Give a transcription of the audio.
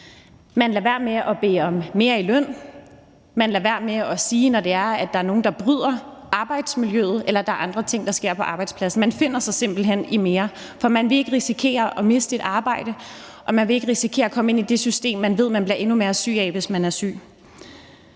Man lader være med at bede om mere i løn; man lader være med at sige, når nogen bryder arbejdsmiljøreglerne, eller når der sker andre ting på arbejdspladsen; man finder sig simpelt hen i mere, for man vil ikke risikere at miste et arbejde, og man vil ikke risikere at komme ind i det system, som man ved man bliver endnu mere syg af, hvis man er syg.